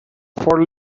four